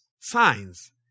signs